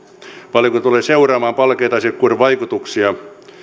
valiokunta tulee seuraamaan palkeet asiakkuuden vaikutuksia